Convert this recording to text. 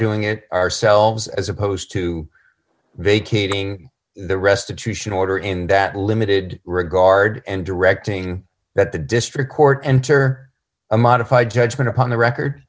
doing it ourselves as opposed to vacating the restitution order in that limited regard and directing that the district court enter a modified judgment upon the record